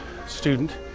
Student